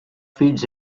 feeds